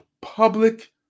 public